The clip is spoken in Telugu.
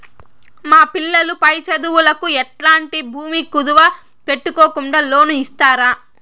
మా పిల్లలు పై చదువులకు ఎట్లాంటి భూమి కుదువు పెట్టుకోకుండా లోను ఇస్తారా